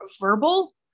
verbal